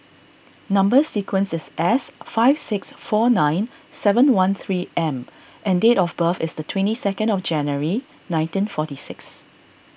Number Sequence is S five six four nine seven one three M and date of birth is the twenty second of January nineteen forty six